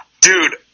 Dude